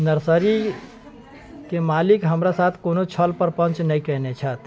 nursery के मालिक हमरा साथ कोनो छल प्रपंच नहि कयने छथि